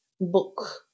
book